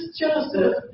joseph